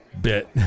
Bit